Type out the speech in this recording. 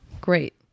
great